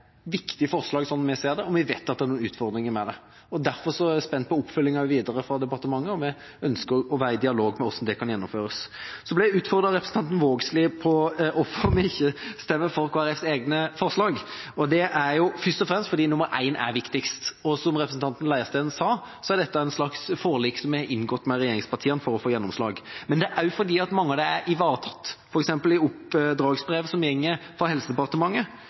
viktig forslag, sånn vi ser det. Vi vet at det er noen utfordringer med det. Derfor er jeg spent på oppfølginga videre fra departementet. Vi ønsker å være i dialog om hvordan dette kan gjennomføres. Så ble jeg utfordret av representanten Vågslid på hvorfor vi ikke fremmer – og stemmer for – Kristelig Folkepartis egne forslag. Det er først og fremst fordi I er viktigst. Som representanten Leirstein sa, er dette et slags forlik som vi har inngått med regjeringspartiene for å få gjennomslag. Men det er også fordi mange av forslagene er ivaretatt, f.eks. i oppdragsbrevet fra Helse- og omsorgsdepartementet. Noe er ivaretatt i saken om avhør, som